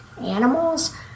animals